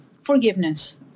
forgiveness